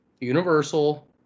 Universal